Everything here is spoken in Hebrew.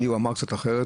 לי הוא אמר קצת אחרת.